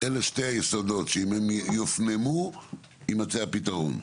אלו שני היסודות, שאם הם יופנמו, יימצא הפתרון.